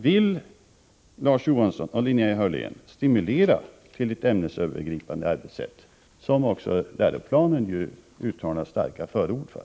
Vill Larz Johansson och Linnea Hörlén stimulera till ett ämnesövergripande arbetssätt, som också läroplanen ju uttalar starka förord för?